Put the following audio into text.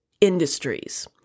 industries